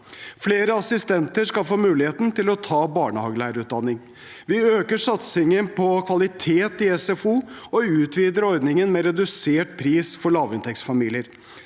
Flere assistenter skal få muligheten til å ta barnehagelærerutdanning. Vi øker satsingen på kvalitet i SFO og utvider ordningen med redusert pris for lavinntektsfamilier.